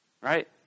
right